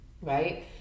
right